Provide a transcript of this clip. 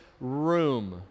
room